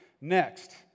Next